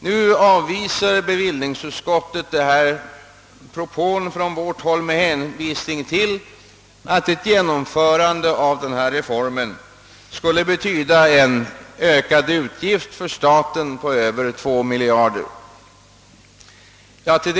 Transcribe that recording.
Nu avvisar bevillningsutskottet denna propå från vårt håll med hänvisning till att ett genomförande skulle betyda en ökad utgift för staten på över 2 miljarder kronor.